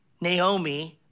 Naomi